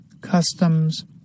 customs